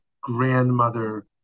grandmother